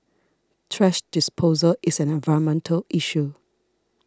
thrash disposal is an environmental issue